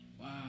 Wow